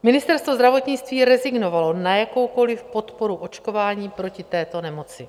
Ministerstvo zdravotnictví rezignovalo na jakoukoliv podporu očkování proti této nemoci.